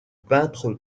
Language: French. peintre